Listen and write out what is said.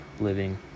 living